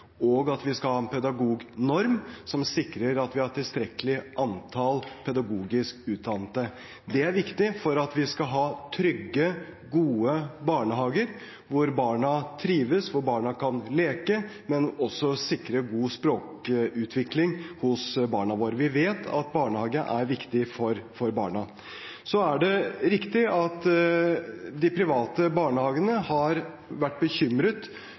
og at vi skal ha en pedagognorm som sikrer at vi har et tilstrekkelig antall pedagogisk utdannede. Det er viktig for at vi skal ha trygge, gode barnehager, hvor barna trives, hvor barna kan leke, men også sikre god språkutvikling hos barna våre. Vi vet at barnehage er viktig for barna. Så er det riktig at de private barnehagene har vært bekymret